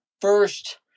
first